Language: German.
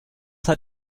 hat